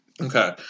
Okay